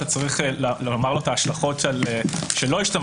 צריך לומר את ההשלכות שהוא לא השתמש